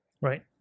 right